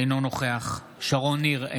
אינו נוכח שרון ניר,